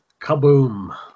kaboom